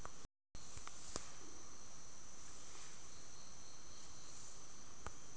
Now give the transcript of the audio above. ಬಿಳಿ ಹಿಪ್ಪು ನೇರಳೆ ಸಾಮಾನ್ಯವಾಗಿ ಅರವತ್ತು ವರ್ಷ ಬದುಕುತ್ತದೆ ಹಾಗೂ ಹಿಪ್ಪುನೇರಳೆ ಔಷಧೀಯ ಗುಣಗಳನ್ನು ಹೊಂದಿದೆ